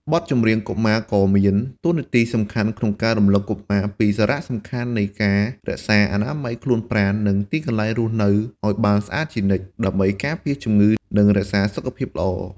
បទចម្រៀងកុមារក៏មានតួនាទីសំខាន់ក្នុងការរំលឹកកុមារពីសារៈសំខាន់នៃការរក្សា អនាម័យខ្លួនប្រាណ និងទីកន្លែងរស់នៅឲ្យបានស្អាតជានិច្ច ដើម្បីការពារជំងឺ និងរក្សាសុខភាពល្អ។